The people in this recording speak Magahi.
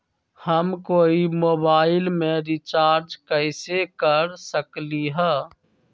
हम कोई मोबाईल में रिचार्ज कईसे कर सकली ह?